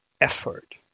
effort